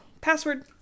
Password